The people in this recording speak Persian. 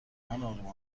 آروم